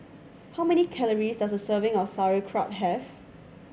how many calories does a serving of Sauerkraut have